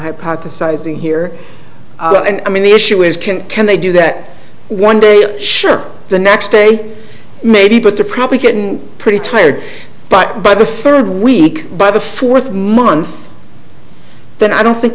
hypothesizing here and i mean the issue is can they do that one day i'm sure the next day maybe but they're probably can pretty tired but by the third week by the fourth month then i don't think